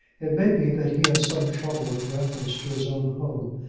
it may be that he has some trouble with reference to his own home,